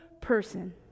person